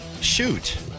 Shoot